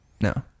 No